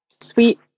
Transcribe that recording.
sweet